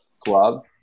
club